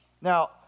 Now